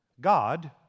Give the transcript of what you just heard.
God